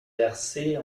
verser